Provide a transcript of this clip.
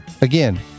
again